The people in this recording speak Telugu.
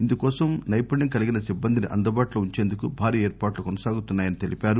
ఇందుకోసం నైపుణ్యం కలిగిన సిబ్బందిని అందుబాటులో ఉంచేందుకు భారీ ఏర్పాట్లు కొనసాగుతున్నాయని తెలిపారు